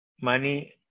Money